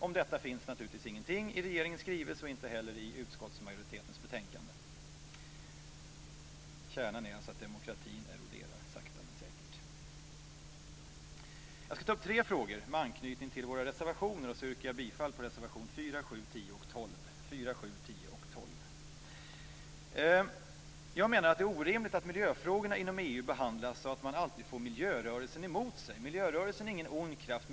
Om detta finns naturligtvis ingenting i regeringens skrivelse och inte heller i utskottsmajoritetens betänkande. Kärnan är att demokratin eroderar sakta men säkert. Jag skall ta upp tre frågor med anknytning till våra reservationer. Jag yrkar bifall till reservationerna 4, 7, Jag menar att det är orimligt att miljöfrågorna inom EU behandlas så att EU alltid får miljörörelsen emot sig. Miljörörelsen är ingen ond kraft.